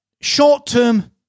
short-term